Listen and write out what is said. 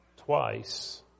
twice